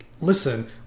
listen